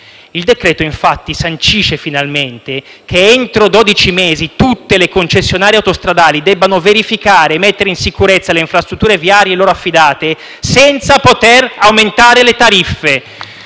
Il decreto-legge infatti sancisce finalmente che, entro dodici mesi, tutte le concessionarie autostradali debbano verificare e mettere in sicurezza le infrastrutture viarie loro affidate, senza poter aumentare le tariffe.